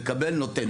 מקבל, נותן.